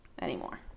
anymore